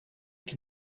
can